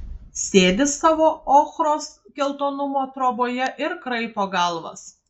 sėdi savo ochros geltonumo troboje ir kraipo galvas